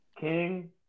King